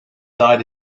died